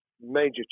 major